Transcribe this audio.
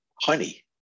honey